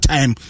Time